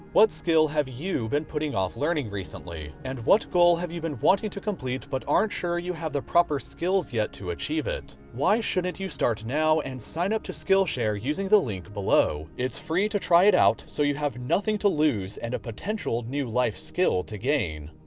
what skill have you been putting off learning recently and what goal have you been wanting to complete? but aren't sure you have the proper skills yet to achieve it? why shouldn't you start now and sign up to skillshare using the link below? it's free to try it out so you have nothing to lose and a potential new life skill to gain.